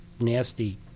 nasty